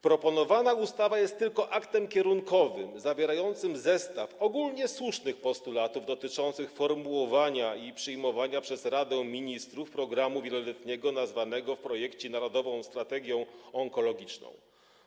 Proponowana ustawa jest tylko aktem kierunkowym zawierającym zestaw ogólnie słusznych postulatów dotyczących formułowania i przyjmowania przez Radę Ministrów programu wieloletniego nazwanego w projekcie Narodową Strategią Onkologiczną.